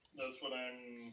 that's what i